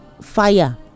fire